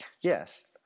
Yes